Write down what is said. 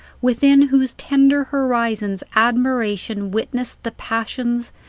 within whose tender horizons admiration witnessed the passions,